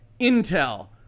Intel